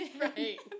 Right